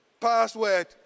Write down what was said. password